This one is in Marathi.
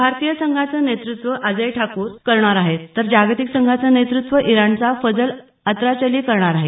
भारतीय संघाचं नेतृत्व अजय ठाकूर करणार आहेत तर जागतिक संघांचं नेतृत्व इराणचा फजल अत्राचली करणार आहे